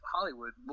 Hollywood